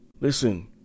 Listen